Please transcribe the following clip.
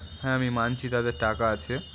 হ্যাঁ আমি মানছি তাদের টাকা আছে